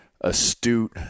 astute